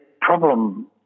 problem